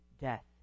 death